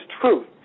truth